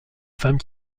femme